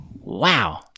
Wow